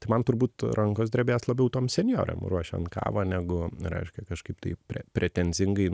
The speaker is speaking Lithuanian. tai man turbūt rankos drebės labiau tom senjoram ruošiant kavą negu reiškia kažkaip tai pretenzingai